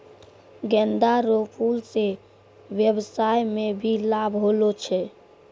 गेंदा रो फूल से व्यबसाय मे भी लाब होलो छै